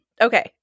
Okay